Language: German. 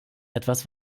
etwas